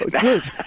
good